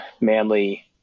manly